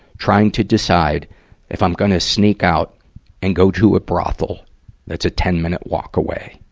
trying to decide if i'm gonna sneak out and go to a brothel that's a ten minute walk away.